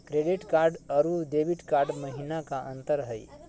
Credit card अरू debit card महिना का अंतर हई?